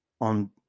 on